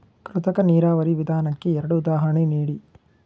ಕೃತಕ ನೀರಾವರಿ ವಿಧಾನಕ್ಕೆ ಎರಡು ಉದಾಹರಣೆ ನೀಡಿ?